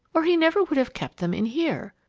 or he never would have kept them in here.